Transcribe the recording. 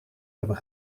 hebben